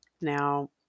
Now